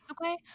Okay